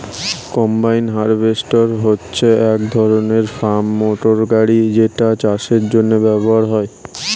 combine harvester হচ্ছে এক ধরণের ফার্ম মোটর গাড়ি যেটা চাষের জন্য ব্যবহার হয়